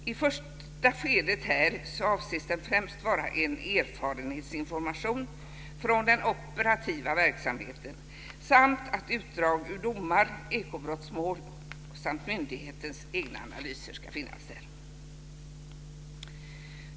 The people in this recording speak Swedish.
I ett första skede avses främst en erfarenhetsinformation från den operativa verksamheten samt utdrag ur domar i ekobrottsmål och myndighetens egna analyser.